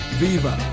viva